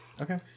Okay